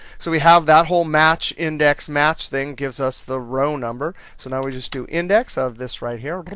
so we have that whole match index match thing, gives us the row number. so now we just do index of this right here, but